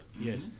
Yes